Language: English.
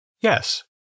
Yes